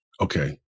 okay